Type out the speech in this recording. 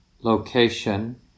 location